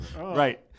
Right